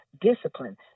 discipline